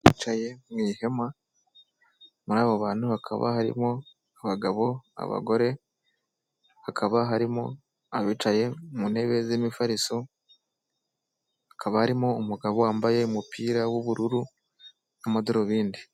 Abantu bicaye mu ihema muri abo bantu hakaba harimo abagabo, abagore. Hakaba harimo abicaye mu ntebe z'imifariso. Hakabamo umugabo wambaye umupira w'ubururu n’ amadarubindi.